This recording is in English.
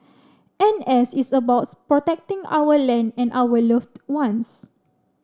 N S is about protecting our land and our loved ones